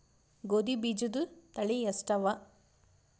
ಗೋಧಿ ಬೀಜುದ ತಳಿ ಎಷ್ಟವ?